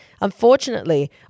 Unfortunately